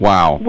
Wow